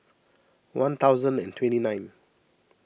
one thousand and twenty nine